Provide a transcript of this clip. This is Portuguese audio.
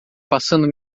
passando